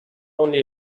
only